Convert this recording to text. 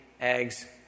eggs